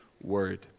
Word